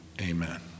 Amen